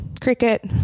cricket